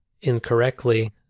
incorrectly